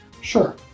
Sure